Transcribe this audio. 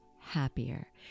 happier